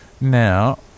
Now